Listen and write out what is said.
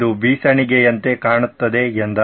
ಇದು ಬೀಸಣಿಗೆಯಂತೆ ಕಾಣುತ್ತದೆ ಎಂದ